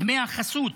דמי החסות.